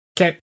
Okay